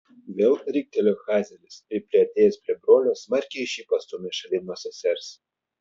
vėl riktelėjo hazaelis ir priartėjęs prie brolio smarkiai šį pastūmė šalin nuo sesers